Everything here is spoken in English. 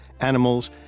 animals